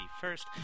first